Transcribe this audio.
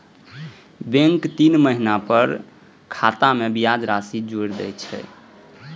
bank तीन महीना पर खाता मे ब्याज राशि कें जोड़ि दै छै